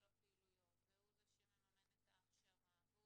הפעילויות והוא זה שמממן את ההכשרה,